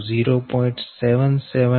07746 m Deq Dab